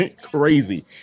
Crazy